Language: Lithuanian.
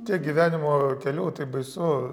tiek gyvenimo kelių taip baisu